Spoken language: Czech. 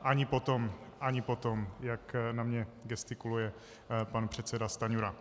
Ani potom, ani potom, jak na mě gestikuluje pan předseda Stanjura.